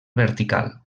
vertical